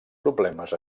problemes